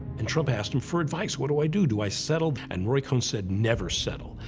and trump asked him for advice what do i do? do i settle? and roy cohn said, never settle.